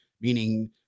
meaning